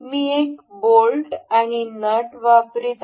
मी एक बोल्ट आणि नट वापरीत आहे